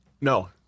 No